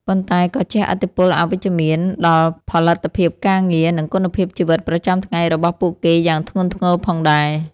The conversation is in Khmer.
ប៉ុន្តែក៏ជះឥទ្ធិពលអវិជ្ជមានដល់ផលិតភាពការងារ និងគុណភាពជីវិតប្រចាំថ្ងៃរបស់ពួកគេយ៉ាងធ្ងន់ធ្ងរផងដែរ។